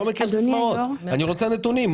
אני רוצה נתונים.